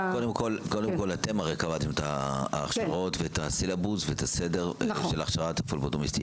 אתם קבעתם את ההכשרות ואת הסילבוס ואת הסדר של הכשרת פבלוטומיסטים.